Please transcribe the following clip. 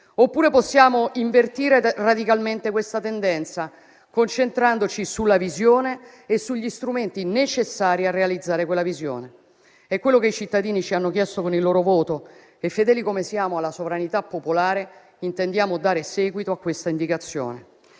oppure possiamo invertire radicalmente questa tendenza, concentrandoci sulla visione e sugli strumenti necessari a realizzarla. È quello che i cittadini ci hanno chiesto con il loro voto e, fedeli come siamo alla sovranità popolare, intendiamo dare seguito a questa indicazione.